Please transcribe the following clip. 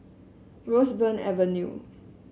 Roseburn Avenue